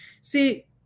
See